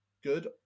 good